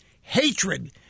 Hatred